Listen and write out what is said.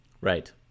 Right